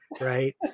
right